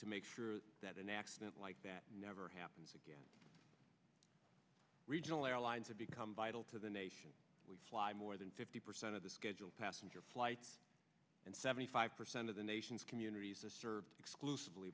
to make sure that an accident like that never happens again regional airlines have become vital to the nation more than fifty percent of the scheduled passenger flight and seventy five percent of the nation's communities served exclusively